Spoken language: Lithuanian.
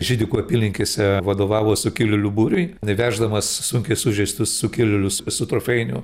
židikų apylinkėse vadovavo sukilėlių būriui veždamas sunkiai sužeistus sukilėlius su trofėjiniu